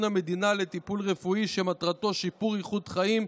המדינה לטיפול רפואי שמטרתו שיפור איכות חיים,